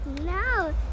No